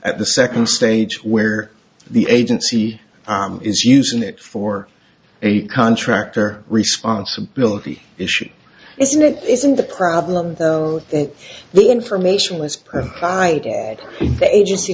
at the second stage where the agency is using it for a contract or responsibility issue isn't it isn't the problem that the information was in the agency